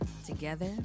together